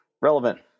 relevant